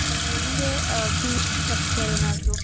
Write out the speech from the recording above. ಹಾಂ ಹೆಂಗೆ fees structure ಏನಾದರೂ